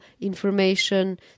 information